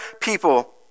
people